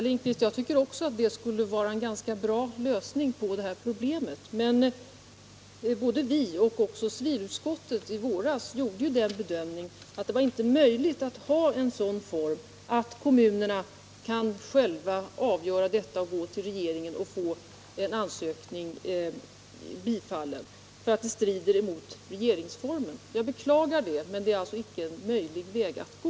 Herr talman! Jag tycker också att det skulle vara en bra lösning på detta problem, men civilutskottet gjorde i våras samma bedömning som vi har gjort, att det inte är möjligt att ha en sådan form att kommunerna själva lämnar in en ansökan till regeringen och får den bifallen. Det strider mot regeringsformen. Jag beklagar det, men det är inte en möjlig väg att gå.